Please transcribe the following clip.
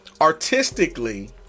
artistically